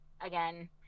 again